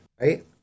right